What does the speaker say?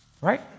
Right